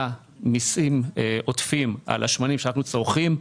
מסים עודפים על השמנים שאנחנו צורכים.